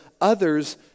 others